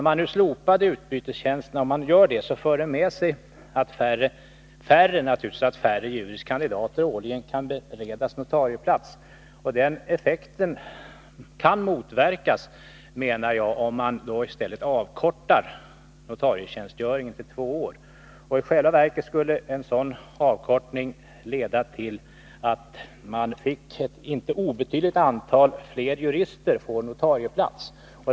Om man nu slopar utbytestjänsterna för det naturligtvis med sig att färre juris kandidater årligen kan beredas notarieplats. Den effekten kan motverkas, om man i stället avkortar notarietjänstgöringen till två år. I själva verket skulle en sådan avkortning leda till att vi fick ett inte obetydligt antal fler jurister på notarieplats.